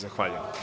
Zahvaljujem.